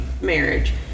marriage